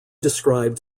described